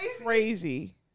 Crazy